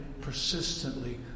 persistently